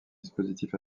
dispositifs